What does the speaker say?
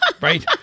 Right